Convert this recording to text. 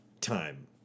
time